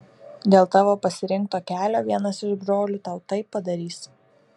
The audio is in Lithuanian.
dėl tavo pasirinkto kelio vienas iš brolių tau taip padarys